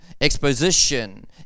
Exposition